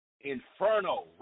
Inferno